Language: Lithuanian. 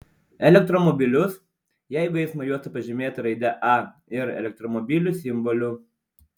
elektromobilius jeigu eismo juosta pažymėta raide a ir elektromobilių simboliu